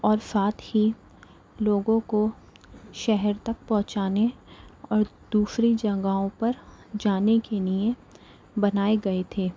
اور ساتھ ہی لوگوں کو شہر تک پہنچانے اور دوسری جگہوں پر جانے کے لئے بنائے گئے تھے